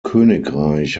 königreich